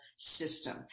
system